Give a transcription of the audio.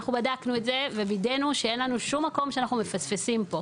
אנחנו בדקנו את זה ווידאנו שאין לנו שום מקום שאנחנו מפספסים פה.